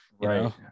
Right